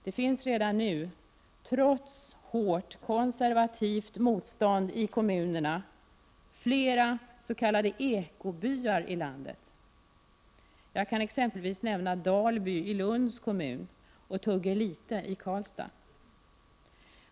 Det finns redan nu — trots hårt, konservativt motstånd i kommunerna — flera s.k. ekobyar i landet. Jag kan exempelvis nämna Dalby i Lunds kommun och Tuggelite i Karlstad.